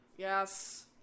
Yes